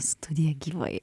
studiją gyvai